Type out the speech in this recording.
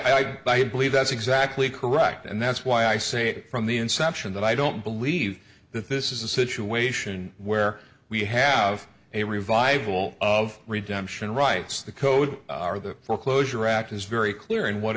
writes i believe that's exactly correct and that's why i say from the inception that i don't believe that this is a situation where we have a revival of redemption writes the code or the foreclosure act is very clear in what